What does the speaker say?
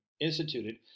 instituted